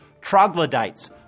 troglodytes